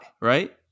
right